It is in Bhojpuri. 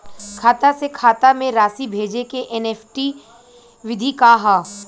खाता से खाता में राशि भेजे के एन.ई.एफ.टी विधि का ह?